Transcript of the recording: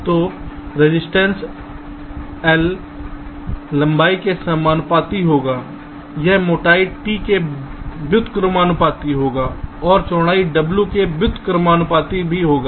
तो resistance l लंबाई के समानुपाती होगा यह मोटाई t के व्युत्क्रमानुपाती होगा और चौड़ाई w के व्युत्क्रमानुपाती भी होगा